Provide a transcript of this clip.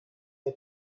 her